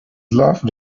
loved